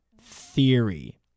theory